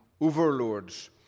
overlords